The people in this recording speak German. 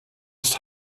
ist